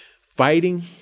fighting